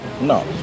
No